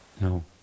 No